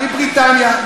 מבריטניה,